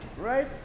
Right